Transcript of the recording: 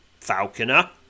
falconer